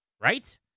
right